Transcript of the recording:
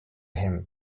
him